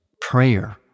prayer